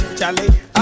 Charlie